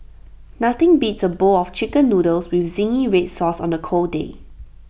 nothing beats A bowl of Chicken Noodles with Zingy Red Sauce on the cold day